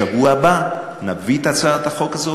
בשבוע הבא נביא את הצעת החוק הזאת.